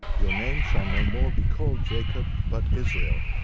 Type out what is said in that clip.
your name shall no more be called jacob, but israel,